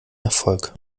erfolg